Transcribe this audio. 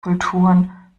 kulturen